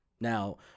Now